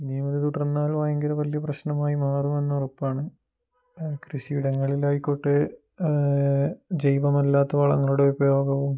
ഇനിയും അത് തുടർന്നാൽ ഭയങ്കര വലിയ പ്രശ്നമായി മാറുമെന്ന് ഉറപ്പാണ് കൃഷിയിടങ്ങളിൽ ആയിക്കോട്ടെ ജൈവമല്ലാത്ത വളങ്ങളുടെ ഉപയോഗവും